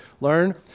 learn